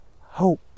hope